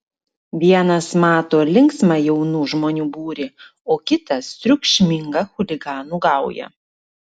vienas mato linksmą jaunų žmonių būrį o kitas triukšmingą chuliganų gaują